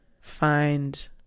find